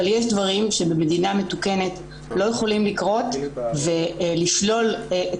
אבל יש דברים שבמדינה מתוקנת לא יכולים לקרות ולשלול את